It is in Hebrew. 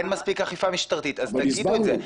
אין מספיק אכיפה משטרתית אז תגידו את זה.